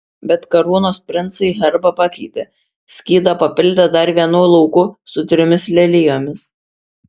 bet karūnos princai herbą pakeitė skydą papildė dar vienu lauku su trimis lelijomis